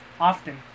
often